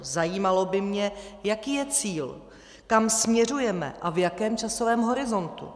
Zajímalo by mě, jaký je cíl, kam směřujeme a v jakém časovém horizontu.